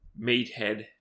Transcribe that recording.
meathead